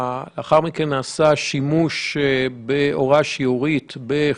לפחות, ובהמשך נקבע כי השימוש בכלי שב"כ